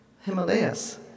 Himalayas